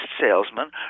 salesman